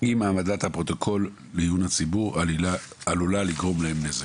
אם העמדת הפרוטוקול לעיון הציבור עלולה לגרום להם נזק.